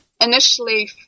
initially